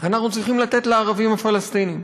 אנחנו צריכים לתת לערבים הפלסטינים.